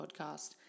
podcast